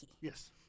yes